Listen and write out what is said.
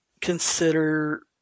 consider